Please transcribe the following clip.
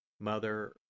Mother